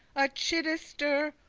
a chidester,